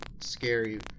scary